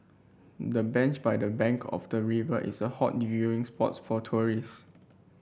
the bench by the bank of the river is a hot viewing spot for tourists